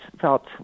felt